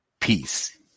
Peace